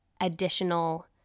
additional